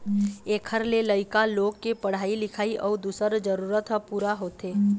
एखर ले लइका लोग के पढ़ाई लिखाई अउ दूसर जरूरत ह पूरा होथे